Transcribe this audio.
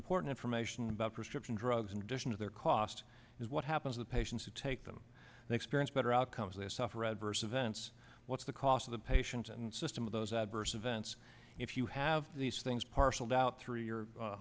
important information about prescription drugs in addition to their costs is what happens with patients who take them they experience better outcomes they suffer adverse events what's the cost of the patient and system of those adverse events if you have these things parceled out through your